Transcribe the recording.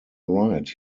right